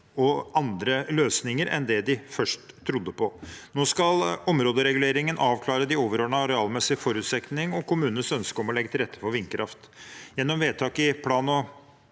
og andre løsninger enn de først trodde. Nå skal områdereguleringen avklare de overordnede arealmessige forutsetningene, og kommunenes ønske om å legge til rette for vindkraft gjennom vedtaket av plan